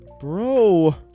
bro